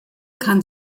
kann